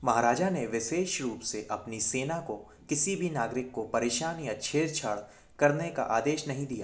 महाराजा ने विशेष रूप से अपनी सेना को किसी भी नागरिक को परेशान या छेड़छाड़ करने का आदेश नहीं दिया